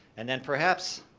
and then perhaps,